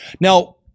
now